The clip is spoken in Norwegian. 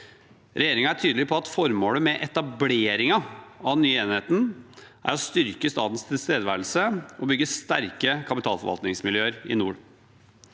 Regjeringen er tydelig på at formålet med etableringen av den nye enheten er å styrke statens tilstedeværelse og bygge sterke kapitalforvaltningsmiljøer i nord.